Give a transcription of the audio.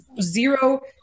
zero